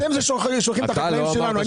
אתם אלה ששולחים את החקלאים שלנו.